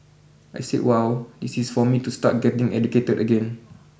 I said wow this is for me to start getting educated again